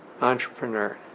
entrepreneur